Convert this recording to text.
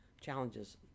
challenges